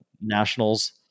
Nationals